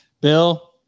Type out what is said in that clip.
Bill